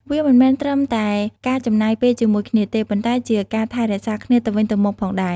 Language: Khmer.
វាមិនមែនត្រឹមតែការចំណាយពេលជាមួយគ្នាទេ ប៉ុន្តែជាការថែរក្សាគ្នាទៅវិញទៅមកផងដែរ។